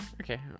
okay